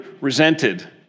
resented